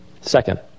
Second